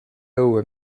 õue